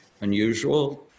unusual